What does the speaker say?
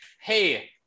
hey